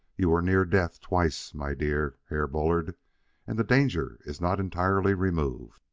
you were near death twice, my dear herr bullard and the danger is not entirely removed.